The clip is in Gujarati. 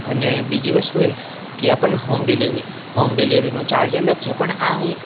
અને બીજી વસ્તુ એ કે એ આપણને હોમ ડિલેવરી હોમ ડિલેવરીનો ચાર્જ અલગ છે પણ આ એક